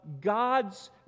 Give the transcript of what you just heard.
God's